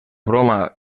broma